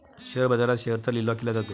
share बाजारात शेअर्सचा लिलाव केला जातो